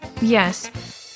Yes